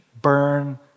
burn